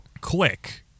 click